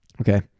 Okay